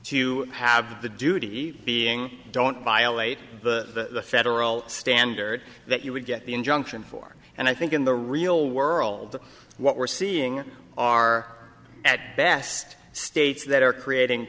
to have the duty being don't violate the federal standard that you would get the injunction for and i think in the real world what we're seeing are at best states that are creating